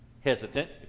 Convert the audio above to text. hesitant